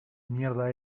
mierda